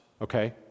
okay